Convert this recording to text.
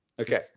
Okay